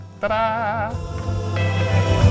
Ta-da